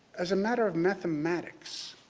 as a matter of mathematics,